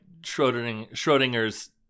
Schrodinger's